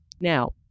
Now